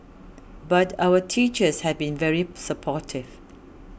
but our teachers have been very supportive